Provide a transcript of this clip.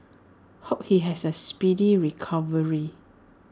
hope he has A speedy recovery